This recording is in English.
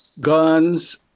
guns